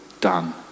done